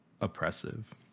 oppressive